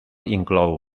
inclou